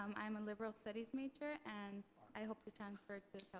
um i'm a liberal studies major and i hope to transfer